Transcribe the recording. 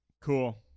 Cool